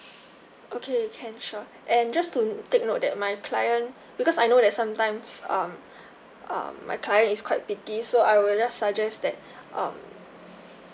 okay can sure and just to take note that my client because I know that sometimes um um my client is quite picky so I will just suggest that um